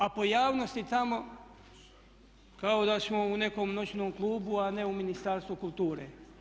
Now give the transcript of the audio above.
A pojavnosti tamo kao da smo u nekom noćnom klubu a ne u Ministarstvu kulture.